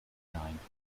performances